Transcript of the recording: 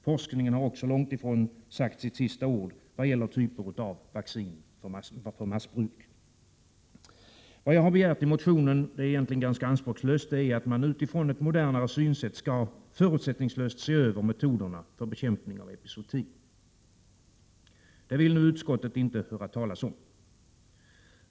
Forskningen har också långt ifrån sagt sitt sista ord vad gäller typer av vaccin för massbruk. Vad jag har begärt i motionen är egentligen ganska anspråkslöst, nämligen att metoderna för bekämpning av epizooti förutsättningslöst skall ses över med utgångspunkt i ett modernare synsätt. Det vill nu utskottet inte höra talas om.